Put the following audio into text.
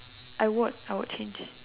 I would I would change